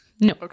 no